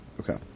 Okay